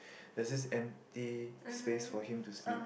there's this empty space for him to sleep